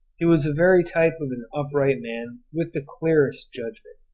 he was the very type of an upright man, with the clearest judgment.